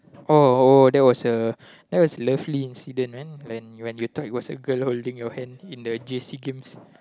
oh that was a that was a lovely incident man when when you thought it was a girl holding your hand in the j_c games